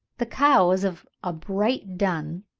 the cow is of a bright dun,